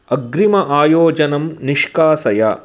अग्रिम आयोजनं निष्कासय